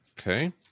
Okay